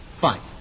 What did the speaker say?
Fine